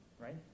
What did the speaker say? right